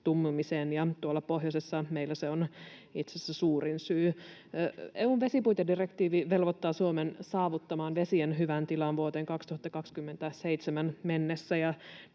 tummumiseen. Tuolla pohjoisessa meillä se on itse asiassa suurin syy. EU:n vesipuitedirektiivi velvoittaa Suomen saavuttamaan vesien hyvän tilan vuoteen 2027 mennessä.